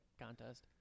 contest